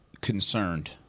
concerned